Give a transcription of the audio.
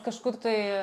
kažkur tai